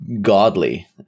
godly